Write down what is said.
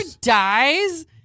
dies